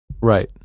Right